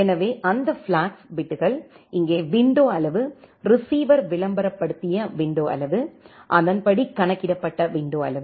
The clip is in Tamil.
எனவே அந்த ஃபிளாக்ஸ் பிட்கள் இங்கே விண்டோ அளவு ரிசீவர் விளம்பரப்படுத்திய விண்டோ அளவு அதன்படி கணக்கிடப்பட்ட விண்டோ அளவு